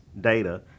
data